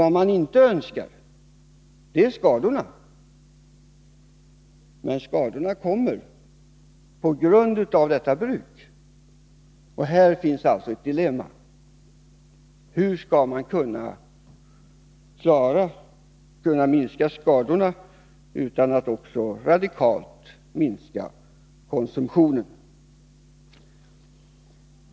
Vad man inte önskar sig är naturligtvis skadorna. Men skadorna på grund av bruket kommer ändå, och här har vi ett dilemma: Hur skall man kunna minska skadorna utan att också radikalt hålla tillbaka konsumtionen?